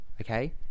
Okay